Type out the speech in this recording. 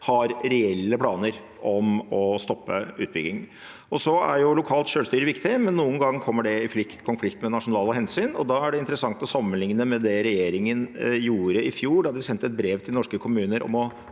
har reelle planer om å stoppe utbygging. Lokalt selvstyre er viktig, men noen ganger kommer det i konflikt med nasjonale hensyn. Da er det interessant å sammenligne med det regjeringen gjorde i fjor, da de sendte brev til norske kommuner om å